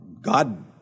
God